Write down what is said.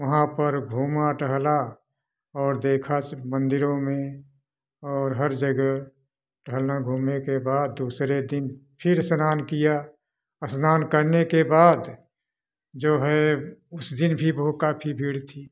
वहाँ पर घूमा टहला और देखा सिर्फ़ मंदिरों में और हर जगह टहलने घूमने के बाद दूसरे दिन फ़िर स्नान किया स्नान करने के बाद जो है उस दिन भी काफ़ी भीड़ थी